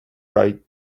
bright